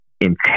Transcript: intense